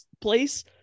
place